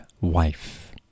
wife